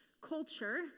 culture